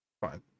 Fine